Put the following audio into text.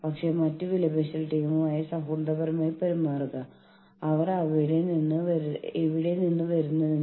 union ഒഴിവാക്കൽ തന്ത്രമാണ് labour relations തന്ത്രത്തിന്റെ മറ്റൊരു വശം